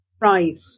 right